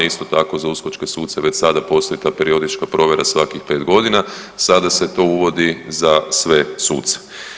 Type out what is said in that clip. Isto tako za uskočke suce već sada postoji ta periodička provjera svakih 5.g., sada se to uvodi za sve suce.